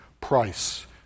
price